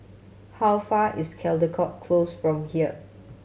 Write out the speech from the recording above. how far is Caldecott Close from here